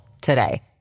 today